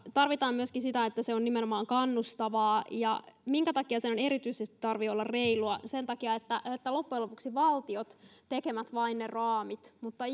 tarvitaan myöskin sitä että se on nimenomaan kannustavaa ja minkä takia sen erityisesti tarvitsee olla reilua sen takia että loppujen lopuksi valtiot tekevät vain raamit mutta